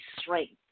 strength